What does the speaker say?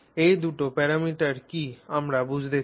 এই দুটি প্যারামিটার কী আমরা বুঝতে চাই